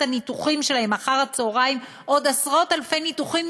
הניתוחים שלהם אחר הצהריים עוד עשרות-אלפי ניתוחים